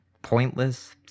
pointless